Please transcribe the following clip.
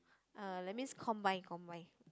ah that means combine combine